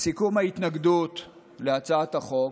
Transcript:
לסיכום ההתנגדות להצעת החוק,